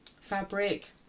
fabric